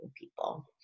people